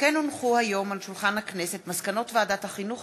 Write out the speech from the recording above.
יעל כהן-פארן, קסניה סבטלובה, איילת נחמיאס